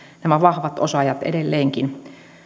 nämä vahvat osaajat edelleenkin